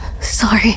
Sorry